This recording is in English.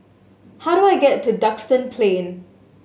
how do I get to Duxton Plain